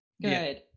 Good